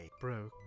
broke